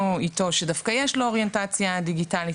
איתו שדווקא יש לו אוריינטציה דיגיטלית,